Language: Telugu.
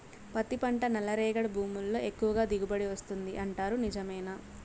పత్తి పంట నల్లరేగడి భూముల్లో ఎక్కువగా దిగుబడి వస్తుంది అంటారు నిజమేనా